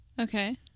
Okay